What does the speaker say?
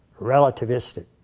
relativistic